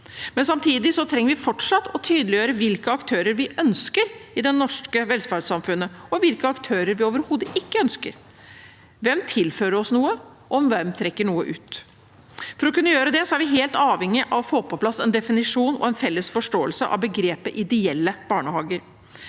grep. Samtidig trenger vi fortsatt å tydeliggjøre hvilke aktører vi ønsker i det norske velferdssamfunnet, og hvilke aktører vi overhodet ikke ønsker. Hvem tilfører oss noe, og hvem trekker noe ut? For å kunne gjøre det er vi helt avhengige av å få på plass en definisjon og en felles forståelse av begrepet ideelle barnehager.